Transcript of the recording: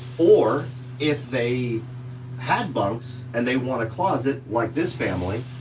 or if they had bunks and they want a closet like this family,